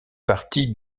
partie